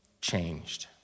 changed